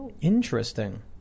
Interesting